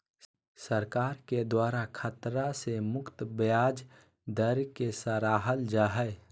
सरकार के द्वारा खतरा से मुक्त ब्याज दर के सराहल जा हइ